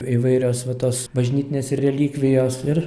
įvairios va tos bažnytinės ir relikvijos ir